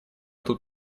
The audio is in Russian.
тут